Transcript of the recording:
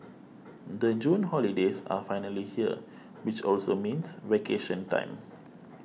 the June holidays are finally here which also means vacation time